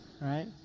right